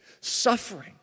suffering